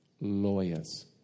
Lawyers